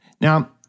Now